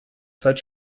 zeit